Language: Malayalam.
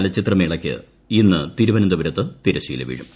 ചലച്ചിത്രമേളയ്ക്ക് ഇന്ന് തിരുവനന്തപുരത്ത് തിരശ്ശീല വീഴും